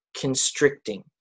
constricting